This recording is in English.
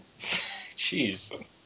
Jeez